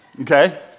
Okay